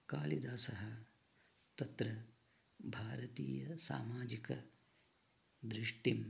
कालिदासः तत्र भारतीय सामाजिकदृष्टिम्